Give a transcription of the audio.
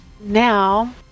Now